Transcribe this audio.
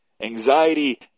Anxiety